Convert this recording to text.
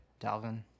Dalvin